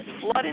flood